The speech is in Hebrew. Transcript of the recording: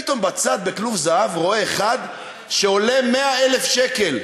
פתאום בצד בכלוב זהב רואה אחד שעולה 100,000 שקל.